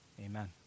Amen